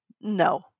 no